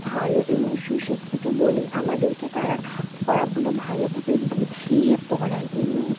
ভালো এবং সুশিক্ষিত বলেই আমাদেরকে তারা পড়াগুলো ভালোভাবে বুঝিয়ে পড়ান এবং